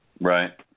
Right